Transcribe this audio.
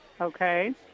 Okay